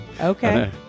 Okay